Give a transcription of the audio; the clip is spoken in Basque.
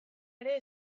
ere